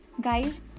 Guys